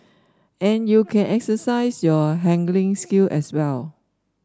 and you can exercise your haggling skill as well